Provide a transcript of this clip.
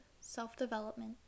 self-development